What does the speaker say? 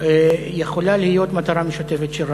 שיכולה להיות מטרה משותפת של רבים.